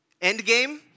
Endgame